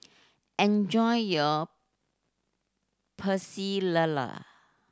enjoy your Pecel Lele